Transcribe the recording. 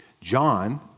John